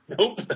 Nope